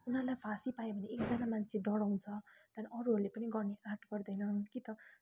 उनीहरूलाई फाँसी पायो भने एकजना मान्छे डराउँछ त्यहाँदेखि अरूहरूले पनि गर्ने आँट गर्दैनन् कि त